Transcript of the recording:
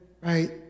right